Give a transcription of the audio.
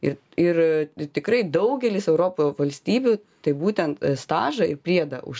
ir ir tikrai daugelis europoj valstybių tai būtent stažą priedą už